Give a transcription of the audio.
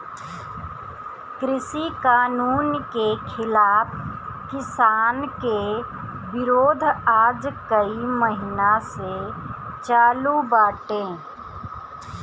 कृषि कानून के खिलाफ़ किसान के विरोध आज कई महिना से चालू बाटे